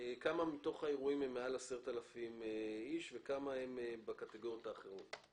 לי כמה מתוך האירועים הם של מעל 10,000 איש וכמה הם בקטגוריות האחרות.